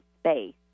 space